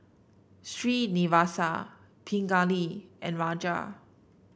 Srinivasa Pingali and Raja